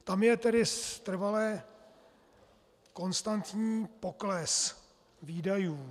Tam je tedy trvale konstantní pokles výdajů.